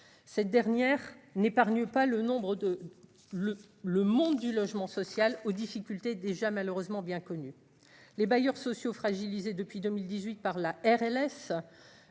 cette dernière n'épargne pas le nombre de, le, le monde du logement social aux difficultés déjà malheureusement bien connu, les bailleurs sociaux fragilisés depuis 2018 par la RLS